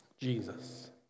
Jesus